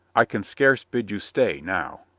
i can scarce bid you stay, now.